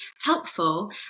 helpful